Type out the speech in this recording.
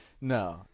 No